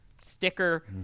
sticker